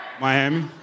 Miami